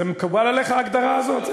זה מקובל עליך, ההגדרה הזאת?